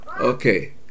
okay